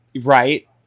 Right